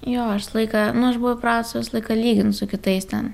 jo aš visą laiką nu aš buvau įpratus visą laiką lygint su kitais ten